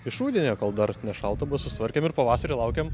iš rudenio kol dar nešalta buvo susitvarkėm ir pavasarį laukiam